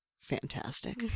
fantastic